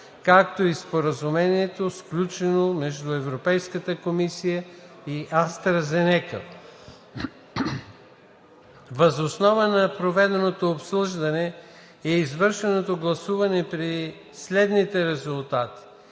както и в Споразумението, сключено между Европейската комисия и АстраЗенека. Въз основа на проведеното обсъждане и извършеното гласуване при следните резултати: